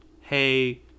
hey